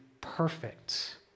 perfect